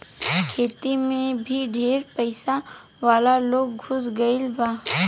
खेती मे भी ढेर पइसा वाला लोग घुस गईल बा